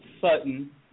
Sutton